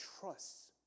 trusts